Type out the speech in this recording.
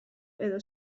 edo